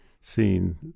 seen